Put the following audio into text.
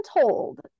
told